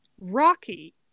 Rocky